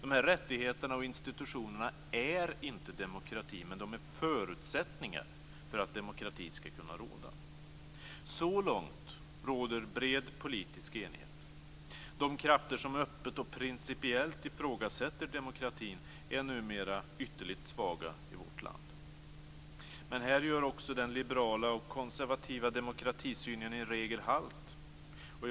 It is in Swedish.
Dessa rättigheter och institutioner är inte demokrati, men de är förutsättningar för att demokrati skall kunna råda. Men här gör också den liberala och konservativa demokratisynen i regel halt.